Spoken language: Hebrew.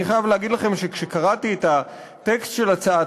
אני חייב להגיד לכם שכשקראתי את הטקסט של הצעת